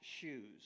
shoes